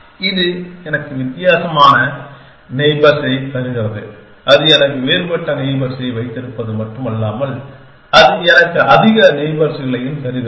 இது எனக்கு வித்தியாசமான நெய்பர்ஸ் ஐ தருகிறது அது வேறுபட்ட நெய்பர்ஸ் ஐ வைத்திருப்பது மட்டுமல்லாமல் அது எனக்கு அதிக நெய்பர்ஸ் களையும் தருகிறது